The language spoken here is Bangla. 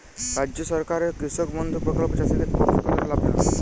রাজ্য সরকারের কৃষক বন্ধু প্রকল্প চাষীদের পক্ষে কতটা লাভজনক?